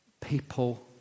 People